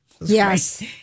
Yes